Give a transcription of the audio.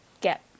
get